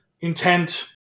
intent